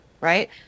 right